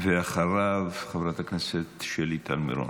בבקשה, ואחריו, חברת הכנסת שלי טל מירון.